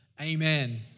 amen